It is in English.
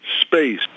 space